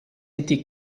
été